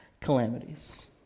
calamities